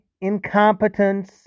incompetence